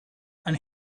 and